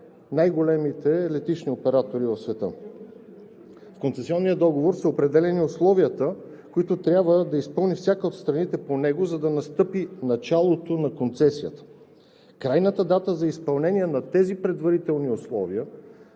най-големите летищни оператори в света. В концесионния договор са определени условията, които трябва да изпълни всяка от страните по него, за да настъпи началото на концесията. Крайната дата за изпълнение на тези предварителни условия,